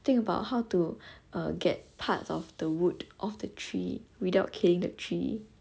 think about how to get parts of the wood off the tree without killing the tree